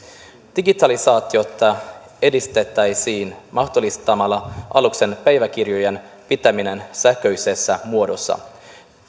digitalisaatiota edistettäisiin mahdollistamalla aluksen päiväkirjojen pitäminen sähköisessä muodossa